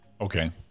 okay